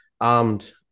armed